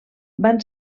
van